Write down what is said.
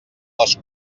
les